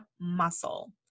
muscle